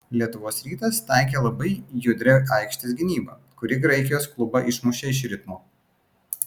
lietuvos rytas taikė labai judrią aikštės gynybą kuri graikijos klubą išmušė iš ritmo